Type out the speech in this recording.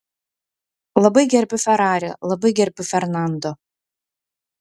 labai gerbiu ferrari labai gerbiu fernando